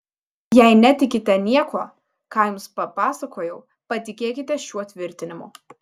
jei netikite niekuo ką jums papasakojau patikėkite šiuo tvirtinimu